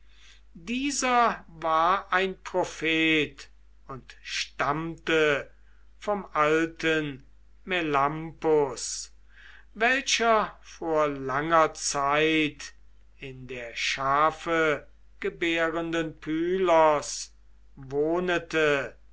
dieser war ein prophet und stammte vom alten melampus welcher vor langer zeit in der schafegebärenden